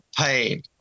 pain